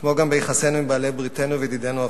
כמו גם ביחסינו עם בעלי בריתנו וידידינו הרחוקים.